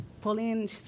Pauline